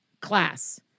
class